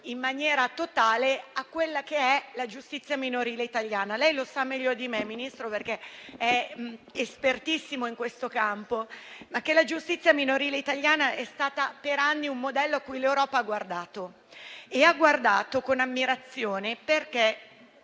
in maniera totale alla giustizia minorile italiana. Lei lo sa meglio di me, signor Ministro, perché è espertissimo in questo campo: la giustizia minorile italiana è stata per anni un modello a cui l'Europa ha guardato con ammirazione, perché